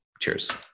Cheers